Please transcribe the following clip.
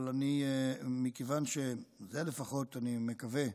אבל מכיוון, לפחות אני מקווה,